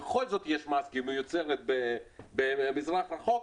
יש בכל זאת מס כי היא מיוצרת במזרח הרחוק.